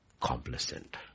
complacent